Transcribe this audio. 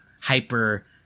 hyper